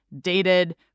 dated